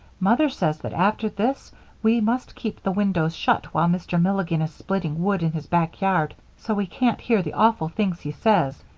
mother says that after this we must keep the windows shut while mr. milligan is splitting wood in his back yard so we can't hear the awful things he says,